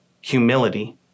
humility